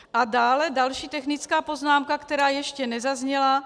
A další technická poznámka, která ještě nezazněla.